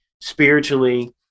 spiritually